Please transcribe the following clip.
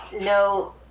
no